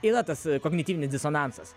yra tas kognityvinis disonansas